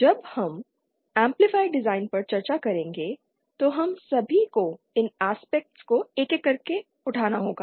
जब हम amplifier design पर चर्चा करेंगे तो हम सभी को इन आस्पेक्ट्स को एक एक करके उठाना होगा